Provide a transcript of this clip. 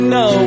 no